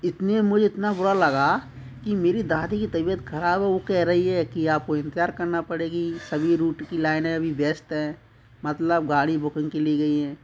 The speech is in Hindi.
इतने में मुझे इतना बुरा लगा कि मेरी दादी की तबीयत खराब है वो कह रही है कि आपको इंतजार करना पड़ेगी सभी रूट की लाइनें अभी व्यस्त है मतलब गाड़ी बुकिंग के लिए गई है